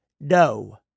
no